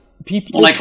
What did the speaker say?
People